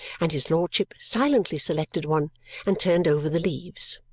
and his lordship silently selected one and turned over the leaves.